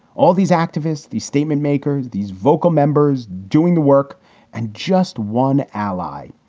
all these activists, the statement maker, these vocal members doing the work and just one ally.